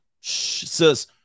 sis